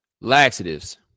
laxatives